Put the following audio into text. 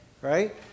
right